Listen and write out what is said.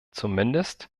zumindest